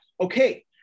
Okay